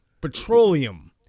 Petroleum